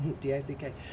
D-I-C-K